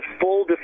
full